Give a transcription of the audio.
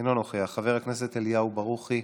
אינו נוכח, חבר הכנסת אליהו ברוכי,